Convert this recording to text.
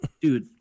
Dude